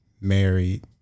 Married